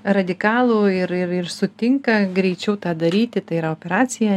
radikalų ir ir ir sutinka greičiau tą daryti tai yra operaciją